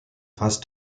phase